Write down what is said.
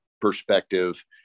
perspective